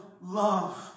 love